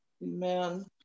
Amen